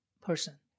person